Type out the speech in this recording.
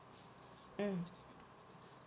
mm